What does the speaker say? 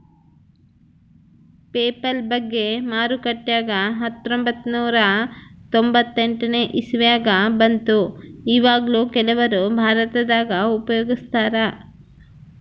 PayPal ಬಗ್ಗೆ ಮಾರುಕಟ್ಟೆಗ ಹತ್ತೊಂಭತ್ತು ನೂರ ತೊಂಬತ್ತೆಂಟನೇ ಇಸವಿಗ ಬಂತು ಈವಗ್ಲೂ ಕೆಲವರು ಭಾರತದಗ ಉಪಯೋಗಿಸ್ತರಾ